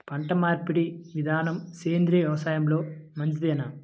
పంటమార్పిడి విధానము సేంద్రియ వ్యవసాయంలో మంచిదేనా?